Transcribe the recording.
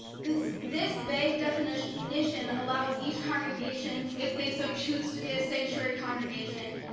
this this vague definition definition allows each congregation if they so choose to be a sanctuary congregation,